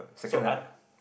so I